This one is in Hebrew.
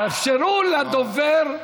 תאפשרו לדובר להתחיל.